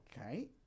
okay